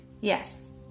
yes